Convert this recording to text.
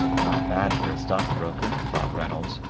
not bad for a stockbroker, thought reynolds,